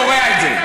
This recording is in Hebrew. קורע את זה.